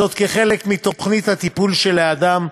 זאת כחלק מתוכנית הטיפול של האדם,